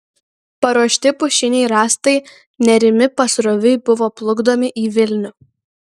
paruošti pušiniai rąstai nerimi pasroviui buvo plukdomi į vilnių